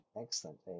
Excellent